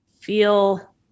feel